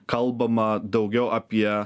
kalbama daugiau apie